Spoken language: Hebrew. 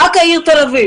רק העיר תל אביב